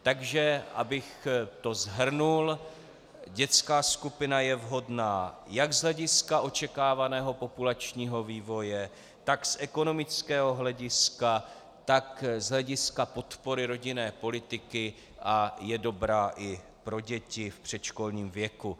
Takže abych to shrnul, dětská skupina je vhodná jak z hlediska očekávaného populačního vývoje, tak z ekonomického hlediska, tak z hlediska podpory rodinné politiky a je dobrá i pro děti v předškolním věku.